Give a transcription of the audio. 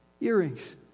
earrings